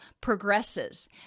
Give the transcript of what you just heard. progresses